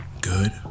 good